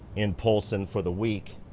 in polson for the week.